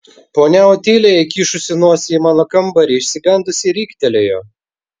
ponia otilija įkišusi nosį į mano kambarį išsigandusi riktelėjo